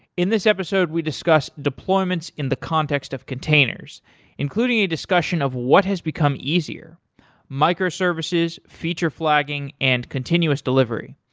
in this episode we discussed deployments in the context of containers including a discussion of what has become easier micro services feature flagging and continuous delivery.